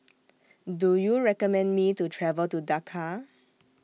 Do YOU recommend Me to travel to Dakar